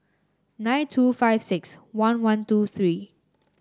nine two five six one one two three